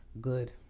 Good